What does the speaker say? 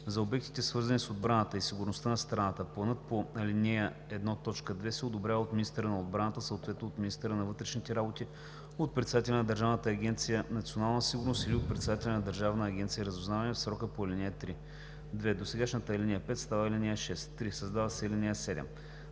За обектите, свързани с отбраната и сигурността на страната, планът по ал. 1, т. 2 се одобрява от министъра на отбраната, съответно от министъра на вътрешните работи, от председателя на Държавна агенция „Национална сигурност“ или от председателя на Държавна агенция „Разузнаване“ в срока по ал. 3.“ 2. Досегашната ал. 5 става ал. 6. 3. Създава се ал. 7: